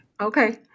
Okay